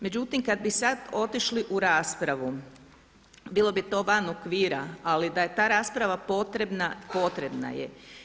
Međutim, kad bi sad otišli u raspravu bilo bi to van okvira, ali da je ta rasprava potrebna, potrebna je.